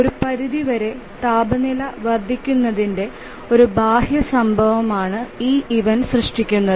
ഒരു പരിധിവരെ താപനില വർദ്ധിക്കുന്നതിന്റെ ഒരു ബാഹ്യ സംഭവമാണ് ഈ ഇവന്റ് സൃഷ്ടിക്കുന്നത്